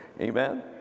Amen